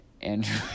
Andrew